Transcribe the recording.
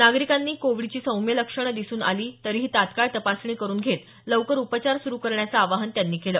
नागरिकांनी कोविडची सौम्य लक्षण दिसून आली तरीही तत्काळ तपासणी करून घेत लवकर उपचार सुरू करण्याचं आवाहन त्यांनी केलं